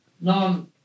No